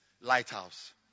lighthouse